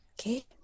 okay